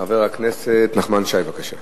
חבר הכנסת נחמן שי, בבקשה.